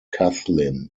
coughlin